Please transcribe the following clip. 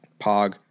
Pog